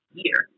year